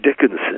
Dickinson